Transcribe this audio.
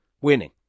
winning